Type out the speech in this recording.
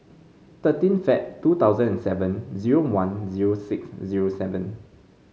thirteen Feb two thousand and seven zero one zero six zero seven